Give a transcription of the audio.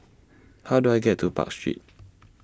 How Do I get to Park Street